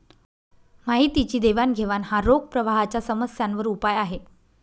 माहितीची देवाणघेवाण हा रोख प्रवाहाच्या समस्यांवर उपाय आहे